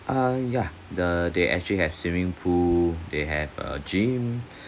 um yeah the they actually have swimming pool they have a gym